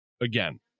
again